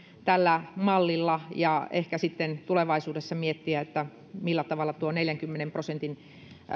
tällä mallilla ja ehkä sitten tulevaisuudessa voidaan miettiä millä tavalla neljänkymmenen prosentin